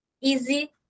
easy